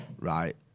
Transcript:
right